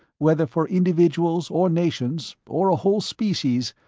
whether for individuals, or nations, or a whole species,